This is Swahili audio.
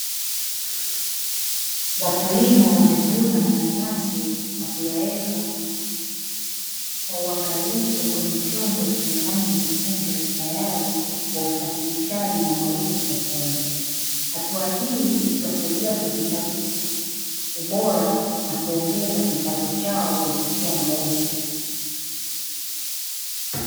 Wakulima wamevuna mananasi na kuyaweka kwa uangalifu kwenye chombo chenye rangi nyekundu, tayari kwa usafirishaji na mauzo sokoni. Hatua hii ikiwasaidia kuhifadhi ubora na kuongeza kipato chao kupitia mauzo.